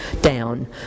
down